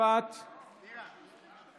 ומשפט נתקבלה.